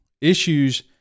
issues